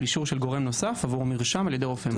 אישור של גורם נוסף עבור מרשם על-ידי רופא מומחה.